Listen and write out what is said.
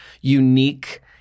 unique